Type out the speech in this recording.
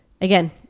Again